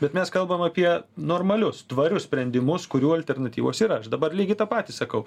bet mes kalbam apie normalius tvarius sprendimus kurių alternatyvos yra aš dabar lygiai tą patį sakau